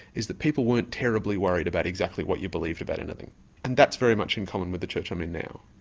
is that people weren't terribly worried about exactly what you believed about anything and that's very much in common with the church i'm in now.